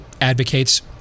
advocates